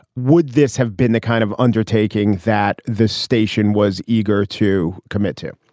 would this have been the kind of undertaking that this station was eager to commit to?